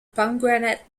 pomegranate